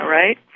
right